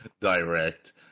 direct